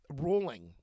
ruling